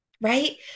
Right